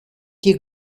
die